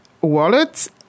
wallets